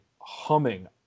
humming